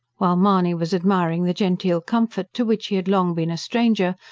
while mahony was admiring the genteel comfort to which he had long been a stranger,